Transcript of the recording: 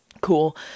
cool